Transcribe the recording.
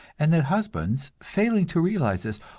and that husbands failing to realize this,